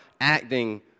acting